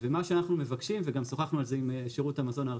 ומה שאנחנו מבקשים וגם שוחחנו על זה עם שירות המזון הארצי,